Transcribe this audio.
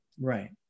Right